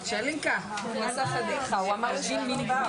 חברת הכנסת נעמה לזימי,